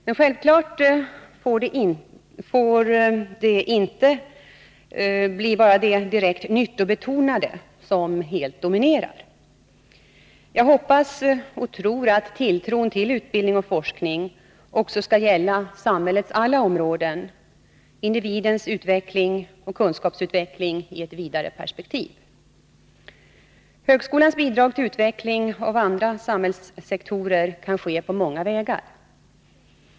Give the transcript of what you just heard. Men självfallet får inte det direkt nyttobetonade bli det som helt dominerar. Jag hoppas och tror att tilltron till utbildning och forskning också skall gälla samhällets alla områden, individens utveckling och kunskapsutveckling i ett vidare perspektiv. Högskolans bidrag till utveckling av andra samhällssektorer kan ske på många vägar.